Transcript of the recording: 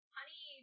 Honey